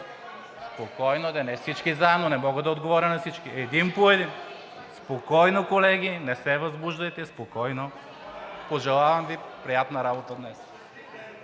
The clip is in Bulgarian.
Спокойно де, не всички заедно! Не мога да отговоря на всички! Един по един! Спокойно, колеги! Не се възбуждайте! Спокойно! Пожелавам Ви: „Приятна работа днес!“